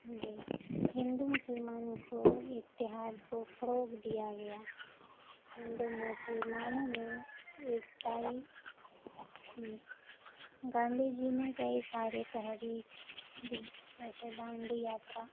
جی ہندو مسلمان کو اتحاد کو فروغ دیا گیا ہندو مسلمانوں میں ایکتائی کی گاندھی جی نے کئی سارے تحریک دی جیسے دانڈی یاترا